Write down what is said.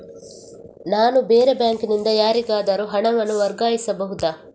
ನಾನು ಬೇರೆ ಬ್ಯಾಂಕ್ ನಿಂದ ಯಾರಿಗಾದರೂ ಹಣವನ್ನು ವರ್ಗಾಯಿಸಬಹುದ?